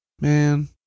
Man